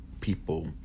people